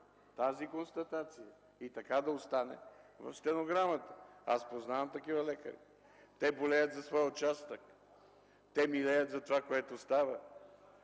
тази констатация и така да остане в стенограмата. Аз познавам такива лекари. Те болеят за своя участък, милеят за това което става,